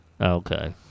Okay